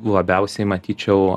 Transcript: labiausiai matyčiau